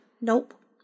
Nope